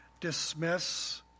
dismiss